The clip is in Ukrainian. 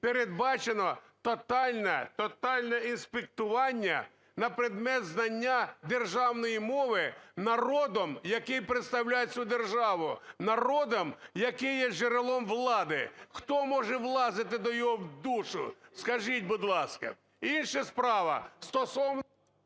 передбачено тотальне інспектування на предмет знання державної мови народом, який представляє цю державу, народом, який є джерелом влади. Хто може влазити до нього в душу, скажіть, будь ласка? Інша справа стосовно…